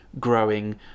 growing